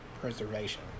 preservation